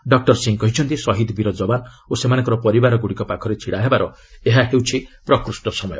doctor Singh କହିଛନ୍ତି ଶହୀଦ ବୀର ଯବାନ ଓ ସେମାନଙ୍କ ପରିବାରଗୁଡ଼ିକ ପାଖରେ ଛିଡ଼ାହେବାର ଏହା ହେଉଛି ପ୍ରକୃଷ୍ଟ ସମୟ